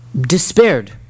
despaired